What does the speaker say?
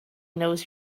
knows